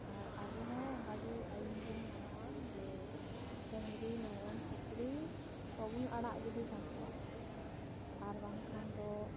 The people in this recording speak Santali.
ᱟᱨ ᱟᱵᱚ ᱦᱚᱸ ᱚᱱᱠᱟ ᱜᱮ ᱟᱹᱭᱤᱱ ᱵᱚᱱ ᱢᱟᱱᱟᱣᱟ ᱡᱮ ᱰᱟᱹᱝᱨᱤ ᱢᱮᱨᱚᱢ ᱥᱩᱠᱨᱤ ᱵᱟᱵᱚᱱ ᱟᱲᱟᱜ ᱜᱤᱰᱤ ᱠᱟᱠᱚᱣᱟ ᱟᱨ ᱵᱟᱝᱠᱷᱟᱱ ᱫᱚ